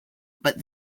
but